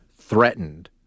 threatened